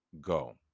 go